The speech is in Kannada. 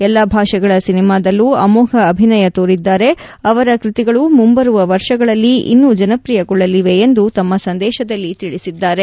ಎಲ್ಲ ಭಾಷೆಗಳ ಸಿನಿಮಾದಲ್ಲೂ ಅಮೋಫ ಅಭಿನಯ ತೋರಿದ್ದಾರೆ ಅವರ ಕೃತಿಗಳು ಮುಂಬರುವ ವರ್ಷಗಳಲ್ಲಿ ಇನ್ನೂ ಜನಪ್ರಿಯಗೊಳ್ಳಲಿವೆ ಎಂದು ಟ್ವೀಟ್ ಸಂದೇಶದಲ್ಲಿ ಹೇಳಿದ್ದಾರೆ